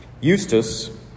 Eustace